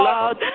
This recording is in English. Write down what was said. Lord